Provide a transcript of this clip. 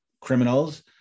criminals